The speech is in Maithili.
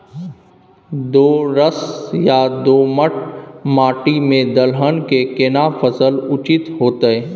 दोरस या दोमट माटी में दलहन के केना फसल उचित होतै?